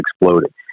exploded